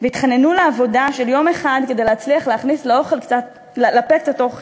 ויתחננו לעבודה של יום אחד כדי להכניס לפה קצת אוכל.